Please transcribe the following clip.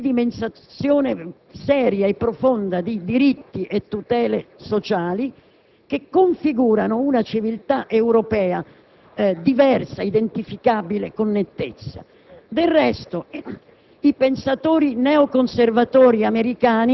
di essere anche una sedimentazione seria e profonda di diritti e tutele sociali, che configurano una civiltà europea diversa, identificabile con nettezza.